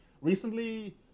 recently